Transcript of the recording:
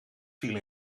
viel